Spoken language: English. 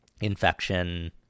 infection